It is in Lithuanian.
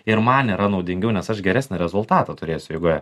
ir man yra naudingiau nes aš geresnį rezultatą turėsiu eigoje